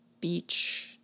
beach